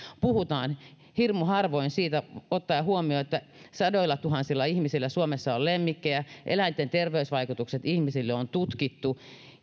puhumme hirmu harvoin siitä ottaen huomioon että sadoillatuhansilla ihmisillä suomessa on lemmikkejä eläinten terveysvaikutukset ihmisille on tutkittu